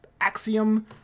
axiom